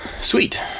Sweet